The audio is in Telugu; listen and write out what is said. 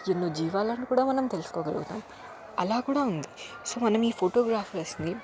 ఎన్నో జీవాలని కూడా మనం తెలుసుకోగలుగుతాము అలా కూడా ఉంది సో మనము ఈ ఫోటోగ్రాఫర్స్ని